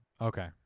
Okay